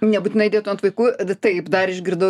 nebūtinai dėtų ant vaikų taip dar išgirdau